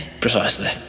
Precisely